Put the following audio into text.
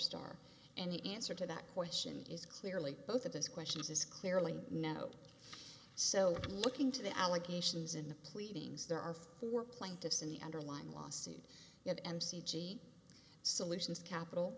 star and the answer to that question is clearly both of those questions is clearly no so i'm looking to the allegations in the pleadings there are four plaintiffs in the underlying lawsuit at m c g solutions capital